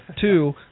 Two